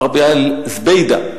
"ערב אל-זבידה"